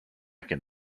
can